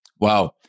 Wow